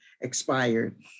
expired